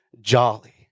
jolly